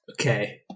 Okay